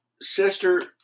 Sister